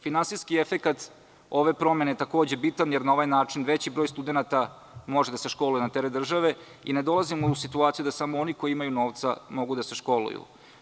Finansijski efekat ove promene takođe je bitan jer na ovaj način veći broj studenata može da se školuje na teret države i ne dolazimo u situaciju da samo oni koji imaju novca mogu da se školuju.